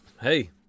hey